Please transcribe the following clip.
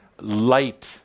light